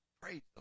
Praise